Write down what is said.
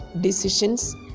decisions